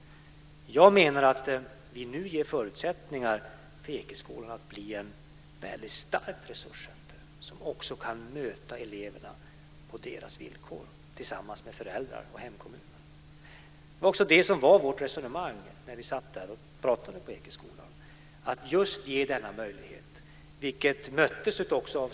Jag menar att vi nu ger förutsättningar för Ekeskolan att bli ett väldigt starkt resurcenter som också kan möta eleverna på deras villkor tillsammans med föräldrar och hemkommun. Det var också det som var vårt resonemang när vi satt och pratade på Ekeskolan, att just ge denna möjlighet.